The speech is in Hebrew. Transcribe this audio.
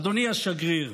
אדוני השגריר,